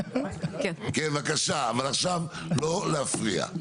כן בבקשה אבל עכשיו בבקשה לא להפריע.